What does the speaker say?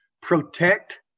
protect